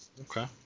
okay